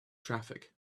traffic